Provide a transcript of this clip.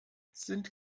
sind